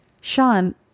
Sean